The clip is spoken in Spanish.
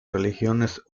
religiones